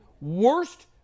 worst